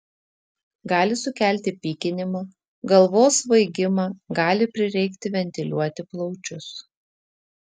gali sukelti pykinimą galvos svaigimą gali prireikti ventiliuoti plaučius